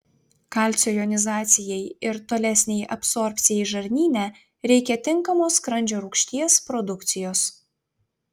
kalcio jonizacijai ir tolesnei absorbcijai žarnyne reikia tinkamos skrandžio rūgšties produkcijos